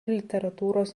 literatūros